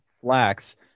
Flax